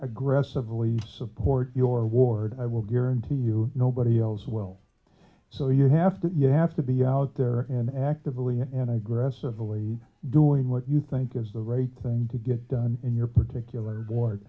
aggressively support your ward i will guarantee you nobody else will so you have to you have to be out there and actively and aggressively doing what you think is the right thing to get done in your particular board